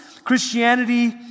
Christianity